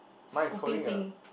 scooping thing